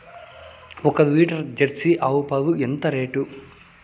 ఒక litre Jersey ఆవు పాలు రేటు ఎంత?